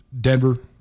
Denver